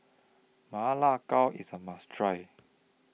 Ma Lai Gao IS A must Try